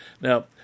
Now